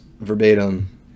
verbatim